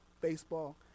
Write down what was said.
baseball